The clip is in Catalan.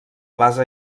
base